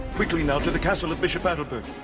quickly now, to the castle of bishop adalbert!